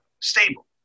stable